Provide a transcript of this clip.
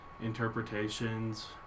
interpretations